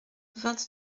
vingt